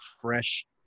fresh